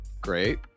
great